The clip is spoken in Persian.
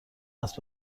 است